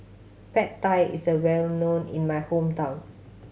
Pad Thai is a well known in my hometown